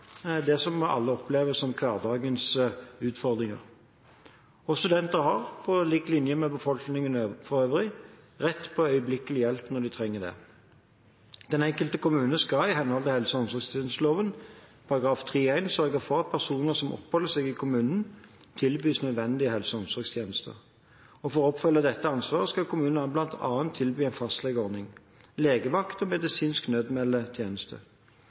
mestre det som alle opplever som hverdagens utfordringer, og studenter har på lik linje med befolkningen for øvrig rett til øyeblikkelig hjelp når de trenger det. Den enkelte kommune skal, i henhold til helse- og omsorgstjenesteloven § 3-1, sørge for at personer som oppholder seg i kommunen, tilbys nødvendige helse- og omsorgstjenester, og for å oppfylle dette ansvaret skal kommunen bl.a. tilby en fastlegeordning, legevakt og medisinsk